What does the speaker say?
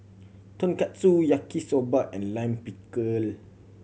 Tonkatsu Yaki Soba and Lime Pickle